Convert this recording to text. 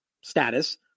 status